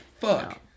fuck